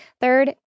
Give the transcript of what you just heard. Third